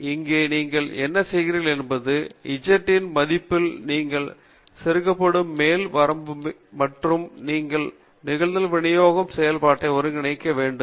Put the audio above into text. எனவே இங்கே நீங்கள் என்ன செய்கிறீர்கள் என்பது z இன் மதிப்பில் நீங்கள் செருகப்படும் மேல் வரம்பு மற்றும் நீங்கள் நிகழ்தகவு விநியோகம் செயல்பாட்டை ஒருங்கிணைக்க வேண்டும்